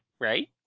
right